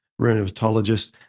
rheumatologist